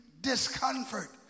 discomfort